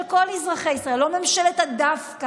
של כל אזרחי ישראל, לא ממשלת הדווקא.